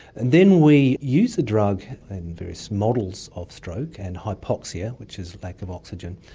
then we use the drug in various models of stroke and hypoxia, which is lack of oxygen,